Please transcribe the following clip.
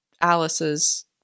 Alice's